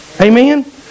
Amen